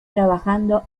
trabajando